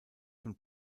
von